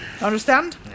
Understand